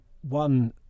one